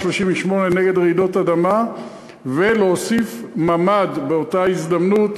38 נגד רעידות אדמה ולהוסיף ממ"ד באותה הזדמנות.